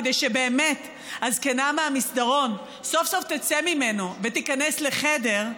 כדי שבאמת הזקנה מהמסדרון סוף-סוף תצא ממנו ותיכנס לחדר,